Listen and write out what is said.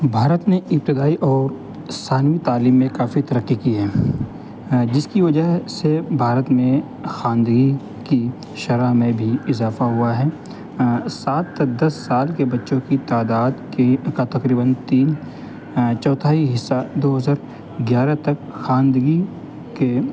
بھارت میں ابتدائی اور ثانوی تعلیم نے کافی ترقی کی ہے جس کی وجہ سے بھارت میں خواندگی کی شرح میں بھی اضافہ ہوا ہے سات تا دس سال کے بچوں کی تعداد کی کا تقریباً تین چوتھائی حصہ دو ہزار گیارہ تک خواندگی کے